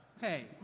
Hey